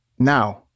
Now